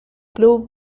club